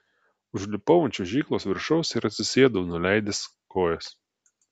užlipau ant čiuožyklos viršaus ir atsisėdau nuleidęs kojas